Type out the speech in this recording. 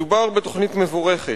מדובר בתוכנית מבורכת,